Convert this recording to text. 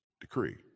decree